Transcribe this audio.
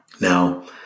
Now